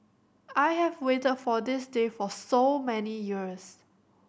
I have waited for this day for so many years